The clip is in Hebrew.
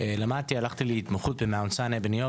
למדתי הלכתי להתמחות בהר סיני בניו-יורק